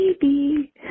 baby